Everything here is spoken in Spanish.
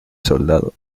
soldado